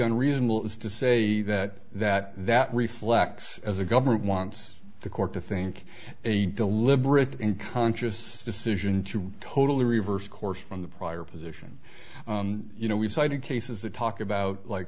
unreasonable is to say that that that reflects as the government wants the court to think a deliberate and conscious decision to totally reversed course from the prior position you know we've cited cases that talk about like